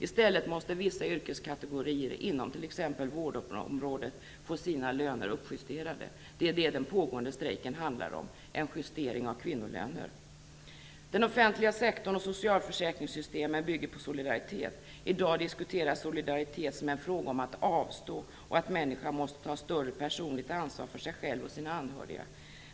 I stället måste vissa yrkeskategorier inom t.ex. vårdområdet få sina löner uppjusterade. Det är det den pågående strejken handlar om - en justering av kvinnolöner. Den offentliga sektorn och socialförsäkringssystemen bygger på solidaritet. I dag diskuteras solidaritet som en fråga om att avstå och att människor måste ta större personligt ansvar för sig själv och sina anhöriga.